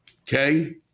okay